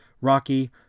Rocky